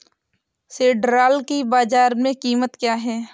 सिल्ड्राल की बाजार में कीमत क्या है?